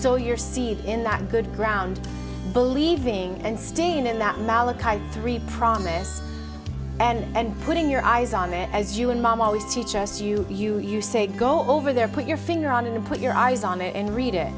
so your seed in that good ground believing and staying in that malak three promise and putting your eyes on it as you and mom always teach us you you you say go over there put your finger on and put your eyes on it and read it